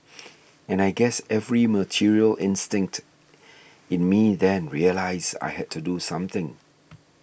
and I guess every material instinct in me then realised I had to do something